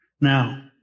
Now